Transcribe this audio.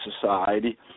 Society